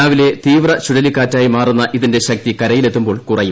രാവിലെ തീവ്ര ചുഴലിക്കാറ്റായി മാറുന്ന ഇതിന്റെ ശക്തി കരയിലെത്തുമ്പോൾ കുറയും